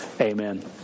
amen